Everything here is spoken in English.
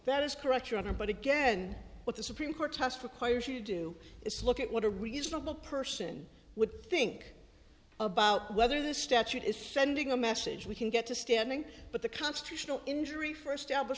that is correct your honor but again what the supreme court test requires you to do is look at what a reasonable person would think about whether the statute is sending a message we can get to standing but the constitutional injury first album